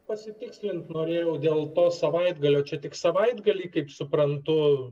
pasitikslint norėjau dėl to savaitgalio čia tik savaitgalį kaip suprantu